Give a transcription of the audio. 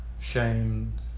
shamed